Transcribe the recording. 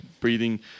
breathing